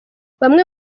bamwe